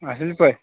اَصٕل پأٹھۍ